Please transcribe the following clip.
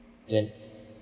then